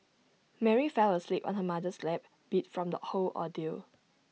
Mary fell asleep on her mother's lap beat from the whole ordeal